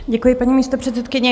Děkuji, paní místopředsedkyně.